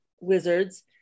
wizards